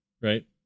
right